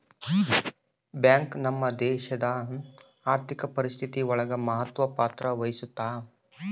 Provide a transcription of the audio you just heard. bank ನಮ್ ದೇಶಡ್ ಆರ್ಥಿಕ ಪರಿಸ್ಥಿತಿ ಒಳಗ ಮಹತ್ವ ಪತ್ರ ವಹಿಸುತ್ತಾ